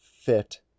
fit